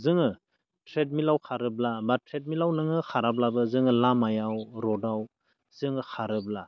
जोङो ट्रेडमिलाव खारोब्ला बा ट्रेडमिलाव नोङो खाराब्लाबो जोङो लामायाव रडआव जोङो खारोब्ला